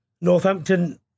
Northampton